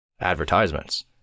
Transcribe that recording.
advertisements